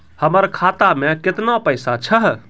हमर खाता मैं केतना पैसा छह?